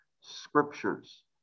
scriptures